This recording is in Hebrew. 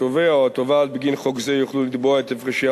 התובע או התובעת בגין חוק זה יוכלו לתבוע את הפרשי